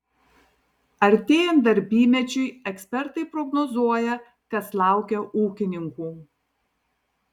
artėjant darbymečiui ekspertai prognozuoja kas laukia ūkininkų